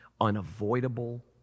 unavoidable